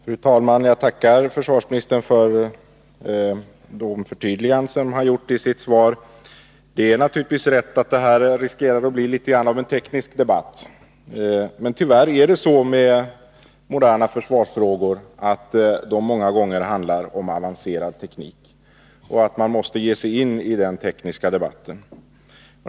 Fru talman! Jag tackar försvarsministern för de förtydliganden han gjort. Det är naturligtvis rätt att detta riskerar att bli litet grand av en teknisk debatt. Men tyvärr är det så med moderna försvarsfrågor, att de många gånger handlar om avancerad teknik och att man måste ge sig in i den tekniska debatten.